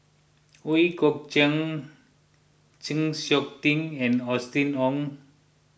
Ooi Kok Chuen Chng Seok Tin and Austen Ong